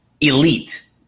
elite